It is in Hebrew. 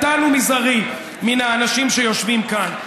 מן האנשים שיושבים כאן.